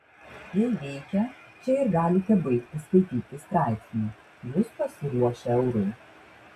jei veikia čia ir galite baigti skaityti straipsnį jūs pasiruošę eurui